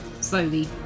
slowly